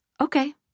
Okay